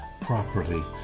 properly